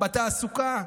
בתעסוקה?